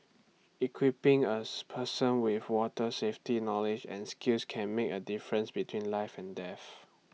equipping A person with water safety knowledge and skills can make A difference between life and death